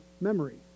memory